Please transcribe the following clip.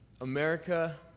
America